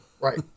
Right